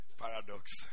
paradox